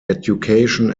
education